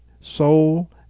soul